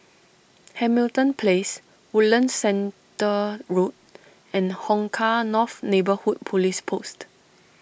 Hamilton Place Woodlands Centre Road and Hong Kah North Neighbourhood Police Post